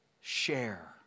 Share